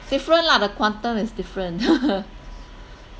different lah the quantum is different